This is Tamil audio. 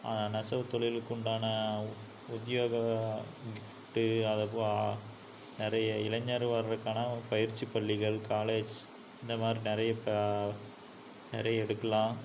நெசவுத் தொழிலுக்கு உண்டான உத்தியோக கிஃப்ட் நிறைய இளைஞர் வர்றதுக்கான பயிற்சிப் பள்ளிகள் காலேஜ் இந்தமாதிரி நிறைய நிறைய எடுக்கலாம்